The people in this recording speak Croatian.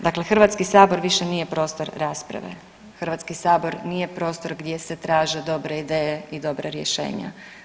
Dakle, Hrvatski sabor više nije prostor rasprave, Hrvatski sabor nije prostor gdje se traže dobre ideje i dobra rješenja.